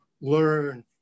learn